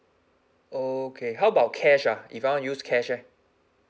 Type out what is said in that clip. okay how about cash ah if I want to use cash leh